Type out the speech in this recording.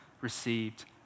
received